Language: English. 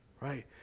right